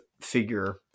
figure